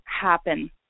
happen